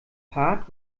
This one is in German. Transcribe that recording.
part